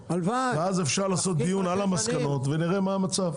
ואז אפשר לעשות דיון על המסקנות, ולראות מה המצב.